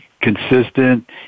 Consistent